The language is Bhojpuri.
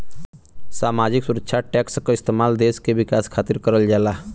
सामाजिक सुरक्षा टैक्स क इस्तेमाल देश के विकास खातिर करल जाला